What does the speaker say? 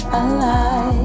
alive